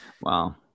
Wow